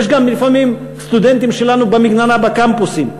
יש גם לפעמים סטודנטים שלנו במגננה בקמפוסים,